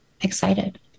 excited